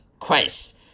Christ